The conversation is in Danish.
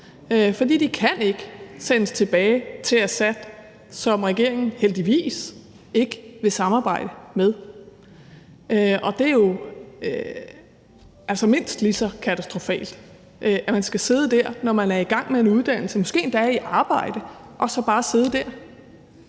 fordi de ikke kan sendes tilbage til Assad, som regeringen heldigvis ikke vil samarbejde med. Og det er jo mindst lige så katastrofalt, at man, når man er i gang med en uddannelse og måske endda er i arbejde, så bare skal sidde der.